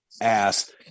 ass